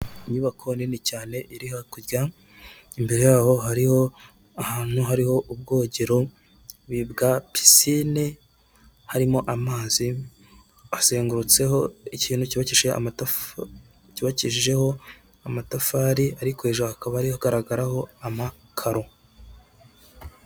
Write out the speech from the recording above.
Inyubako nini cyane iri hakurya, imbere yayo hariho ahantu hariho ubwogero bwa pisine harimo amazi azengurutseho ikintu cyubakishijeho amatafari ariko hejuru hakaba hagaragaraho amakaro.